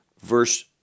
verse